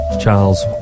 Charles